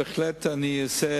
בהחלט אני אעשה